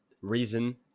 reason